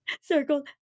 circle